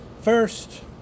first